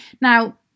now